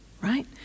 right